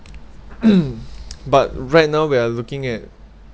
but right now we're looking at